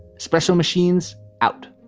special machines out